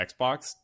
xbox